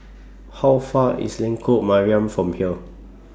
How Far IS Lengkok Mariam from here